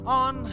on